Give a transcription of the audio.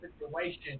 situation